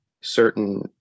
certain